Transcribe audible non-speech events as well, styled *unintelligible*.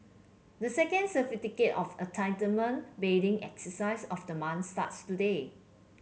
the second *unintelligible* of Entitlement bidding exercise of the month starts today